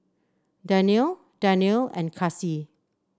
Daniel Daniel and Kasih